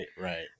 right